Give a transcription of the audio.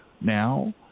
now